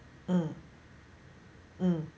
mm mm